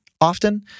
Often